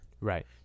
Right